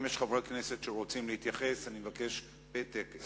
אם יש חברי כנסת שרוצים להתייחס, אני מבקש, פתק.